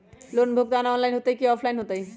Loan भुगतान online होतई कि ऑफलाइन होतई?